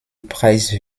preis